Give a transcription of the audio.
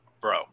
Bro